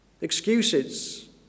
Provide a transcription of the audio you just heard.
Excuses